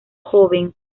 joven